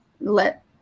let